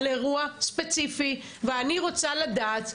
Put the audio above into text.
על אירוע ספציפי ואני רוצה לדעת,